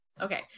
Okay